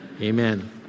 Amen